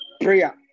Prayer